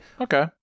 okay